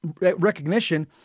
recognition